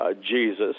Jesus